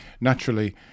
naturally